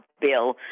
Bill